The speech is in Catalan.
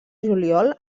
juliol